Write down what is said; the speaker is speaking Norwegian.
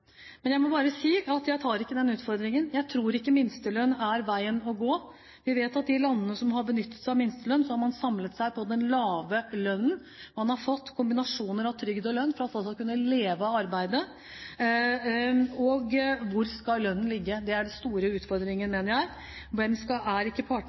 Men jeg må bare si at jeg tar ikke den utfordringen, jeg tror ikke minstelønn er veien å gå. Vi vet at i de landene som har benyttet seg av minstelønn, har man samlet seg på den lave lønnen. Man har fått kombinasjoner av trygd og lønn for at folk skal kunne leve av arbeidet. Og hvor skal lønnen ligge? Det er den store utfordringen, mener jeg. Er ikke partene